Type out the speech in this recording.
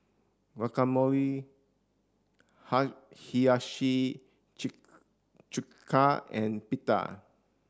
Guacamole Hiyashi Chuka and Pita